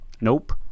Nope